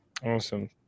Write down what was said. Awesome